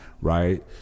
right